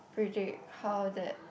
predict how that